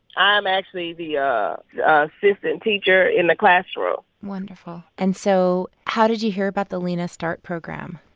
i'm actually the yeah assistant teacher in the classroom wonderful. and so how did you hear about the lena start program?